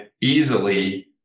easily